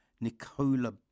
Nicola